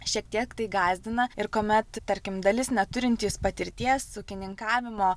šiek tiek tai gąsdina ir kuomet tarkim dalis neturintys patirties ūkininkavimo